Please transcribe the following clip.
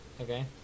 Okay